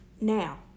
Now